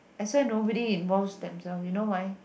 I swear nobody involves themselves you know why